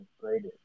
great